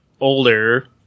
older